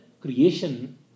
creation